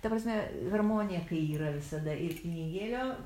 ta prasme harmonija kai yra visada ir pinigėlio